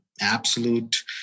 absolute